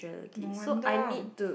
no wonder